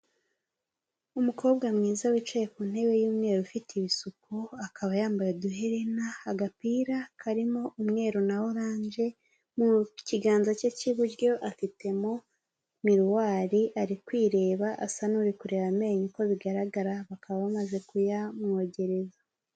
Umukobwa mwiza wicaye ku ntebe y'umweru ufite ibisuko akaba yambaye uduherena, agapira karimo umweru na oranje mu kiganza cye cy'iburyo afitemo miriwari ari kwireba asa n'uri kureba amenyo uko bigaragara bakaba bamaze kuyamwogereza.